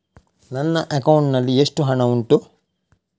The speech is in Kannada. ನನ್ನ ಅಕೌಂಟ್ ನಲ್ಲಿ ಎಷ್ಟು ಹಣ ಉಂಟು?